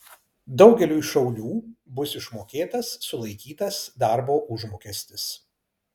daugeliui šaulių bus išmokėtas sulaikytas darbo užmokestis